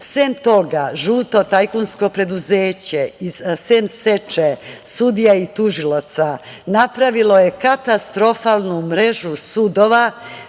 Sem toga, žuto tajkunsko preduzeće, sem seče sudija i tužilaca, napravilo je katastrofalnu mrežu sudova,